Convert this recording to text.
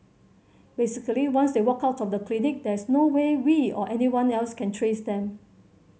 basically once they walk out of the clinic there is no way we or anyone else can trace them